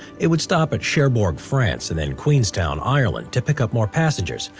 it would stop at cherbourg, france, and then queenstown, ireland, to pick up more passengers,